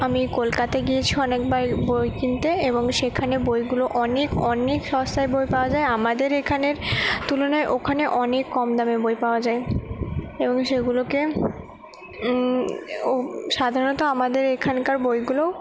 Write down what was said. আমি কলকাতায় গিয়েছি অনেকবার বই কিনতে এবং সেখানে বইগুলো অনেক অনেক সস্তায় বই পাওয়া যায় আমাদের এখানের তুলনায় ওখানে অনেক কম দামে বই পাওয়া যায় এবং সেগুলোকে সাধারণত আমাদের এখানকার বইগুলোও